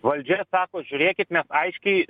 valdžia sako žiūrėkit mes aiškiai